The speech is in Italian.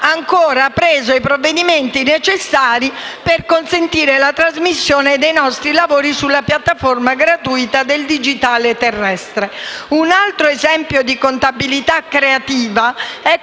ancora preso i provvedimenti necessari per consentire la trasmissione dei nostri lavori sulla piattaforma gratuita del digitale terrestre. Un altro esempio di contabilità creativa è